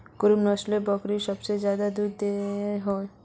कुन नसलेर बकरी सबसे ज्यादा दूध दो हो?